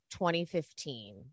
2015